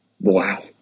wow